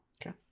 Okay